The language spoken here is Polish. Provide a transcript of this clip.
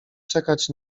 czekać